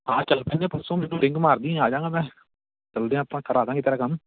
ਹਾਂ ਚੱਲ ਪੈਂਦੇ ਪਰਸੋਂ ਮੈਨੂੰ ਰਿੰਗ ਮਾਰ ਦਈਂ ਆ ਜਾਂਗਾ ਮੈਂ ਚਲਦੇ ਹਾਂ ਆਪਾਂ ਕਰਾ ਦਾਂਗੇ ਤੇਰਾ ਕੰਮ